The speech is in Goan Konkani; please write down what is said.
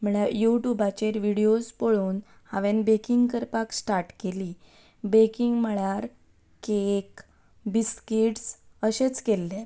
म्हणल्यार यू ट्यूबाचेर विडियोस पळोवन हांवें बेकिंग करपाक स्टार्ट केली बेकिंग म्हणल्यार केक बिस्किट्स अशेंच केल्लें